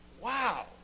Wow